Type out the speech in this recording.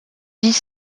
dix